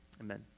Amen